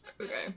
Okay